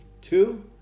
Two